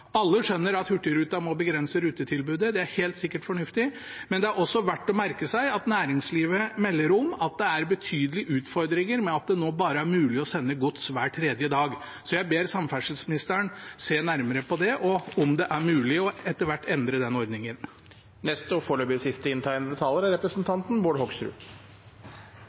Alle skjønner at Hurtigruten må begrense rutetilbudet, det er helt sikkert fornuftig, men det er også verdt å merke seg at næringslivet melder om at det er betydelige utfordringer med at det nå bare er mulig å sende gods hver tredje dag. Så jeg ber samferdselsministeren se nærmere på det, og om det etter hvert er mulig å endre den ordningen.